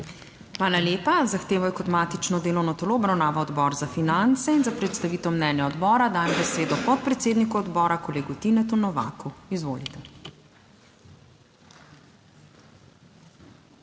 Hvala lepa. Zahtevo je kot matično delovno telo obravnaval Odbor za finance in za predstavitev mnenja odbora dajem besedo podpredsedniku odbora, kolegu Tinetu Novaku. Izvolite.